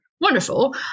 wonderful